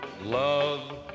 love